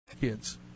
Kids